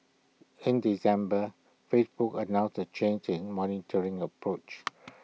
in December Facebook announced A changing monitoring approach